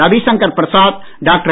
Ravishankar Prasad doctor